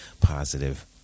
positive